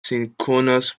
synchronous